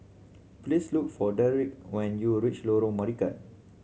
please look for Derek when you reach Lorong Marican